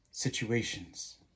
situations